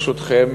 ברשותכם,